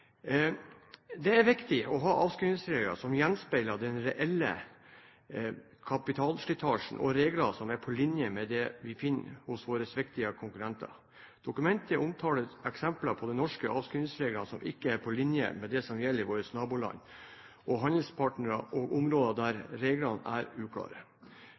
Det er viktig å ha avskrivningsregler som gjenspeiler den reelle kapitalslitasjen, og regler som er på linje med det vi finner hos våre viktigste konkurrenter. Dokumentet omtaler eksempler på de norske avskrivningsreglene som ikke er på linje med det som gjelder i våre naboland, hos handelspartnere og på områder der reglene er uklare.